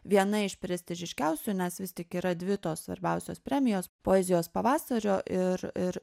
viena iš prestižiškiausių nes vis tik yra dvi tos svarbiausios premijos poezijos pavasario ir ir